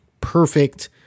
perfect